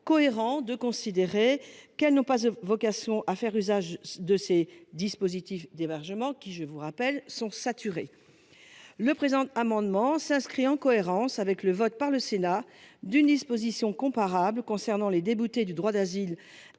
cohérent de considérer qu’elles n’ont pas vocation à faire usage de ces dispositifs d’hébergement, lesquels sont saturés. Le présent amendement tend à s’inscrire en cohérence avec le vote par le Sénat d’une disposition comparable concernant les déboutés du droit d’asile,